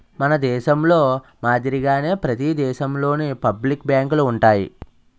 మన దేశంలో మాదిరిగానే ప్రతి దేశంలోనూ పబ్లిక్ బ్యాంకులు ఉంటాయి